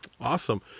awesome